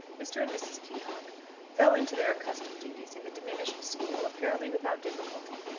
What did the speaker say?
mr. and mrs. peacocke fell into their accustomed duties in the diminished school, apparently without difficulty.